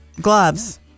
Gloves